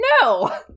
No